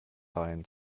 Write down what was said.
reihen